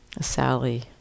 Sally